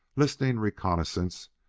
listening reconnaissance,